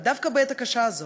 דווקא בעת הקשה הזאת,